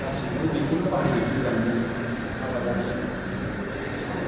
गासैबो बेखौनो बाहाय जोबोसै दानि आबादारि मानसिफ्रा